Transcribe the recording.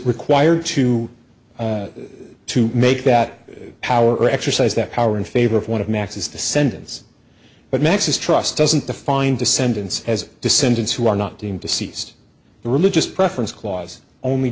required to to make that power exercise that power in favor of one of max's descendants but max's trust doesn't define descendants as descendants who are not deemed deceased the religious preference clause only